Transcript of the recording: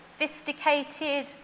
sophisticated